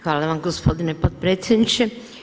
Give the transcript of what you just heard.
Hvala vam gospodine potpredsjedniče.